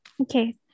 Okay